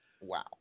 Wow